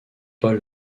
paul